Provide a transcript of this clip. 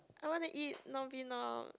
I wanna eat now